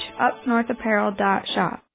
upnorthapparel.shop